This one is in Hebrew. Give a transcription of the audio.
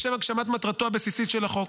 לשם הגשמת מטרתו הבסיסית של החוק".